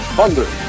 Thunder